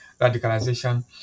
radicalization